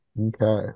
Okay